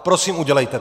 Prosím, udělejte to!